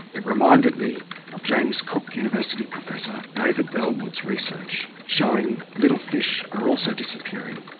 it reminded me of james cook university professor david bellwood's research showing little fish are also disappearing,